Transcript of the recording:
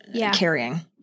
carrying